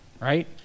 right